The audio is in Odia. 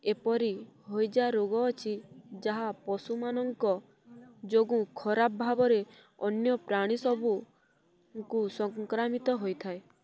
ଏପରି ହଇଜା ରୋଗ ଅଛି ଯାହା ପଶୁମାନଙ୍କ ଯୋଗୁଁ ଖରାପ ଭାବରେ ଅନ୍ୟ ପ୍ରାଣୀ ସବୁଙ୍କୁ ସଂକ୍ରାମିତ ହୋଇଥାଏ